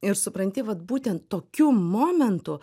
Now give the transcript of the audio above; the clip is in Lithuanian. ir supranti vat būtent tokiu momentu